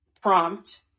prompt